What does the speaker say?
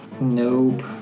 Nope